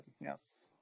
yes